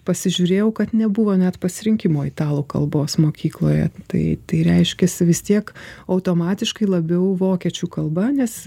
pasižiūrėjau kad nebuvo net pasirinkimo italų kalbos mokykloje tai tai reiškiasi vis tiek automatiškai labiau vokiečių kalba nes